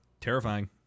Terrifying